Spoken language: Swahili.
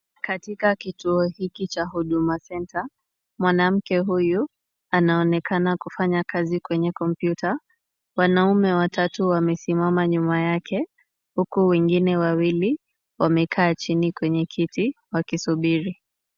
Katika kituo hiki cha huduma center, mwanamke huyu anaonekana kufanya kazi kwenye kompyuta. Wanaume watatu wamesimama nyuma yake huku wengine wawili wamekaa chini kwenye kiti wakisubiri.